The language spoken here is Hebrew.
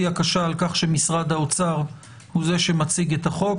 הקשה על כך שמשרד האוצר הוא שמציג את החוק.